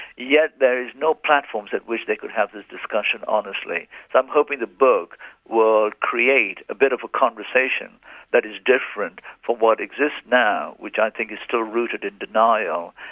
yet there is no platform at which they could have the discussion honestly. so i'm hoping the book will create a bit of a conversation that is different from what exists now, which i think is still rooted in denial,